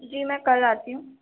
جی میں کل آتی ہوں